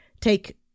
take